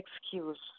excuse